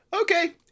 Okay